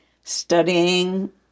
studying